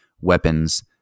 weapons